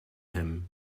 him